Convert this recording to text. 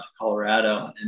Colorado